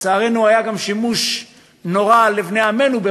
לצערנו היה גם שימוש נורא ברכבת לבני עמנו,